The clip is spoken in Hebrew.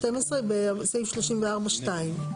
12 בסעיף 34(2),